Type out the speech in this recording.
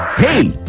hey,